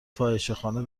فاحشهخانه